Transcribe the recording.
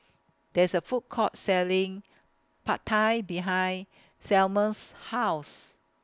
There IS A Food Court Selling Pad Thai behind Selmer's House